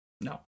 No